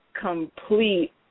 complete